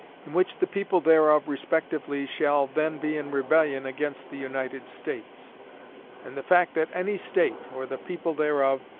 in which the people thereof respectively shall then be in rebellion against the united states and the fact that any state, or the people thereof,